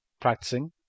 practicing